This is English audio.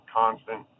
constant